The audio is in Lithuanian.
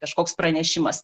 kažkoks pranešimas